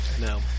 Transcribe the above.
No